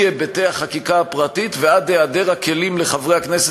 מהיבטי החקיקה הפרטית ועד היעדר הכלים לחברי הכנסת